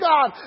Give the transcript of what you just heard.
God